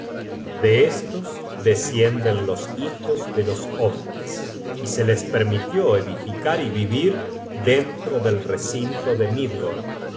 de estos descienden los hijos de los hombres y se les permitió edificar y vivir dentro del recinto de midgord